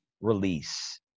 release